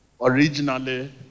Originally